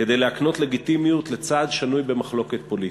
כדי להקנות לגיטימיות לצעד שנוי במחלוקת פוליטית.